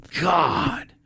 God